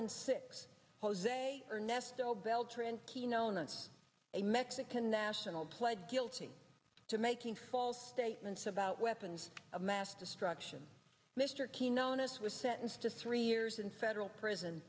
and six jose or nest o beltran keno not a mexican national pled guilty to making false statements about weapons of mass destruction mr keene known as was sentenced to three years in federal prison